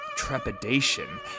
Trepidation